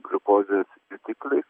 gliukozės jutikliais